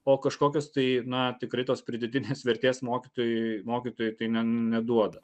o kažkokios tai na tikrai tos pridėtinės vertės mokytojui mokytojui tai ne neduoda